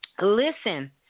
listen